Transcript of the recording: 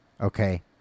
Okay